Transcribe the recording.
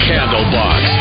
Candlebox